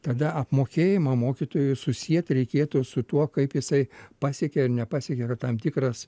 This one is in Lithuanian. tada apmokėjimą mokytojui susiet reikėtų su tuo kaip jisai pasiekė ar nepasiekė tam tikras